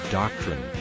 doctrine